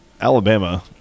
Alabama